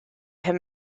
him